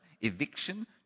eviction